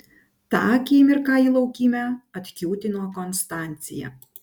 tą akimirką į laukymę atkiūtino konstancija